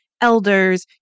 elders